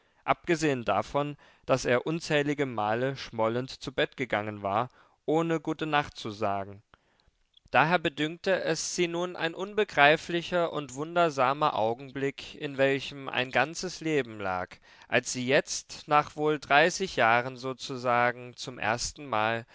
abgesehen davon daß er unzählige male schmollend zu bett gegangen war ohne gutenacht zu sagen daher bedünkte es sie nun ein unbegreiflicher und wundersamer augenblick in welchem ein ganzes leben lag als sie jetzt nach wohl dreißig jahren sozusagen zum erstenmal